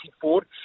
forward